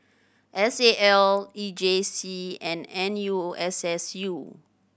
S A L E J C and N U S S U